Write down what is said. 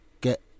get